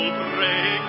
break